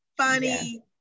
funny